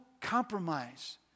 compromise